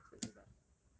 okay lah but expensive lah